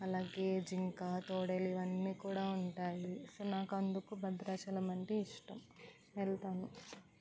అలాగే జింక తోడేలు ఇవన్నీ కూడా ఉంటాయి సో నాకు అందుకు భద్రాచలం అంటే ఇష్టం వెళ్తాను